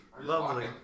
Lovely